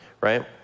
Right